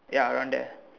ya around there